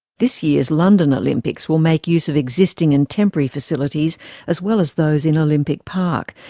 this year's london olympics will make use of existing and temporary facilities as well as those in olympic park,